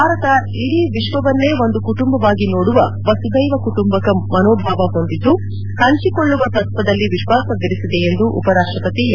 ಭಾರತ ಇಡೀ ವಿಶ್ವವನ್ನೇ ಒಂದು ಕುಟುಂಬವಾಗಿ ನೋಡುವ ವಸುಧೈವ ಕುಟುಂಬಕಂ ಮನೋಭಾವ ಹೊಂದಿದ್ದು ಪಂಚಿಕೊಳ್ಳುವ ತತ್ವದಲ್ಲಿ ವಿಶ್ವಾಸವಿರಿಸಿದೆ ಎಂದು ಉಪರಾಷ್ಲಪತಿ ಎಂ